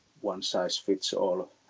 one-size-fits-all